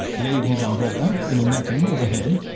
laid his umbrella in the netting overhead,